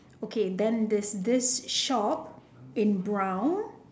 okay then there's this shop in brown